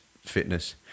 fitness